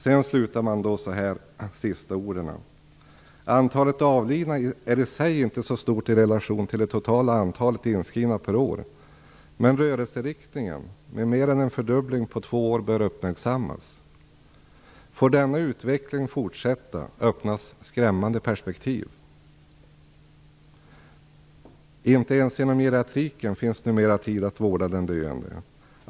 De sista orden i rapporten är: Antalet avlidna är i sig inte så stort i relation till det totala antalet inskrivna per år, men rörelseriktningen, med mer än en fördubbling på två år, bör uppmärksammas. Får denna utveckling fortsätta öppnas skrämmande perspektiv. Inte ens inom geriatriken finns numera tid att vårda den döende.